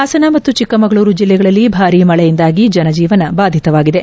ಹಾಸನ ಮತ್ತು ಚಿಕ್ಕಮಗಳೂರು ಜಿಲ್ಲೆಗಳಲ್ಲಿ ಭಾರಿ ಮಳೆಯಿಂದಾಗಿ ಜನಜೀವನ ಬಾಧಿತವಾಗಿದೆ